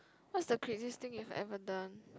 what's the craziest thing you have ever done